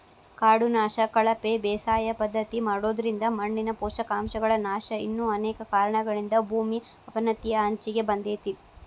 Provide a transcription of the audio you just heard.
ಕಾಡು ನಾಶ, ಕಳಪೆ ಬೇಸಾಯ ಪದ್ಧತಿ ಮಾಡೋದ್ರಿಂದ ಮಣ್ಣಿನ ಪೋಷಕಾಂಶಗಳ ನಾಶ ಇನ್ನು ಅನೇಕ ಕಾರಣಗಳಿಂದ ಭೂಮಿ ಅವನತಿಯ ಅಂಚಿಗೆ ಬಂದೇತಿ